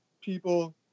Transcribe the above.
people